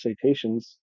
citations